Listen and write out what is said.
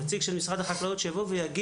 חייב להיות פה נציג של משרד החקלאות, שיבוא ויגיד